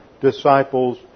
disciples